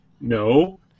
No